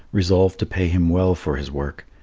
resolved to pay him well for his work.